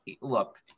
look